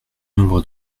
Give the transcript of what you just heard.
nombre